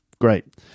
Great